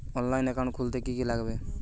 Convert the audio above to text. অনলাইনে একাউন্ট খুলতে কি কি লাগবে?